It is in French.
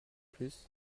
plus